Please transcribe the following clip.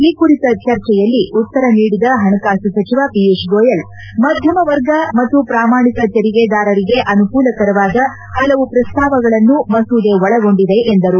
ಈ ಕುರಿತ ಚರ್ಚೆಯಲ್ಲಿ ಉತ್ತರ ನೀಡಿದ ಹಣಕಾಸು ಸಚಿವ ಪಿಯೂಷ್ ಗೋಯಲ್ ಮಧ್ಯಮವರ್ಗ ಮತ್ತು ಪ್ರಾಮಾಣಿಕ ತೆರಿಗೆದಾರರಿಗೆ ಅನುಕೂಲಕರವಾದ ಹಲವು ಪ್ರಸ್ತಾವಗಳನ್ನು ಮಸೂದೆ ಒಳಗೊಂಡಿದೆ ಎಂದರು